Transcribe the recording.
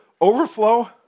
Overflow